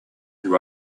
you